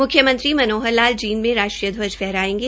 मुख्यमंत्री श्री मनोहर लाल जींद में राष्ट्रीय घ्वज फहारयेंगे